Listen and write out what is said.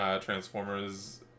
Transformers